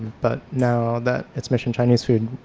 but now that it's mission chinese food,